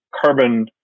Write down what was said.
carbon